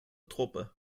truppe